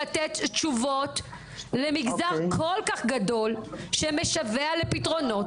לתת תשובות למגזר כל כך גדול שמשוועה לפתרונות.